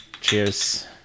Cheers